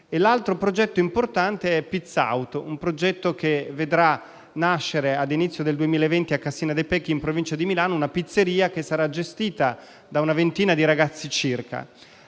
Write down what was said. L'altro progetto importante è «PizzAut», un progetto che vedrà nascere all'inizio del 2020 a Cassina de' Pecchi, in provincia di Milano, una pizzeria che sarà gestita da circa una ventina di ragazzi.